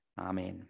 Amen